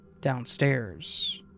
downstairs